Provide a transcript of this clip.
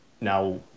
now